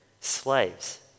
slaves